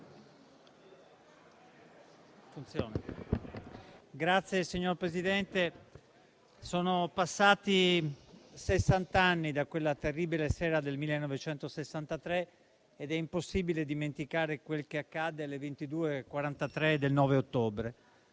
Signor Presidente, sono passati sessant'anni da quella terribile sera del 1963 ed è impossibile dimenticare quel che accadde alle ore 22,43 del 9 ottobre.